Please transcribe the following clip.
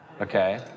Okay